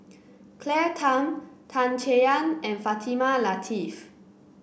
Claire Tham Tan Chay Yan and Fatimah Lateef